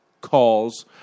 calls